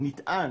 נטען